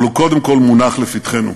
אבל הוא קודם כול מונח לפתחנו.